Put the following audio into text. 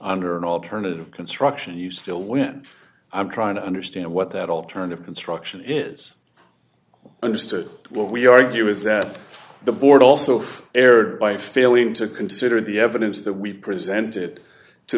under an alternative construction you still when i'm trying to understand what that alternative construction is understood what we argue is that the board also erred by failing to consider the evidence that we presented to